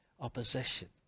opposition